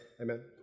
Amen